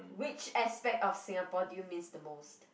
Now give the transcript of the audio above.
which aspect of Singapore did you miss the